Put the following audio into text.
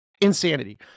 Insanity